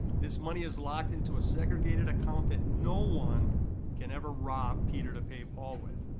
this money is locked into a segregated account that no one can ever rob peter to pay paul with.